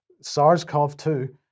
SARS-CoV-2